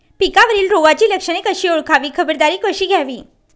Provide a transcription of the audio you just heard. पिकावरील रोगाची लक्षणे कशी ओळखावी, खबरदारी कशी घ्यावी?